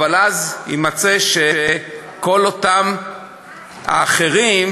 אבל אז יימצא שכל אותם האחרים,